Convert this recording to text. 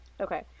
Okay